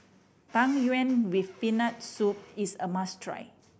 Tang Yuen with Peanut Soup is a must try